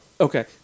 okay